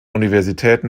universitäten